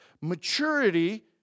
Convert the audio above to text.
Maturity